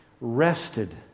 rested